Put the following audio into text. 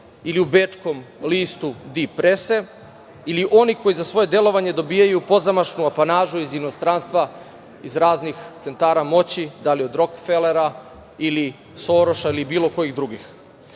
ili u bečkom listu „Di prese“, ili oni koji za svoje delovanje dobijaju pozamašnu apanažu iz inostranstva, iz raznih centara moći, da li od Rokfelera, ili Soroša ili bilo kojih drugih,